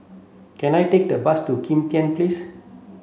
can I take the bus to Kim Tian Place